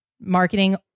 marketing